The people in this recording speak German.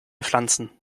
pflanzen